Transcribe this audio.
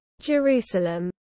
Jerusalem